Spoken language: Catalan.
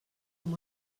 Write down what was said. amb